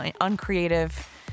uncreative